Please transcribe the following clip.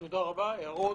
הערות?